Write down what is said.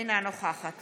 אינה נוכחת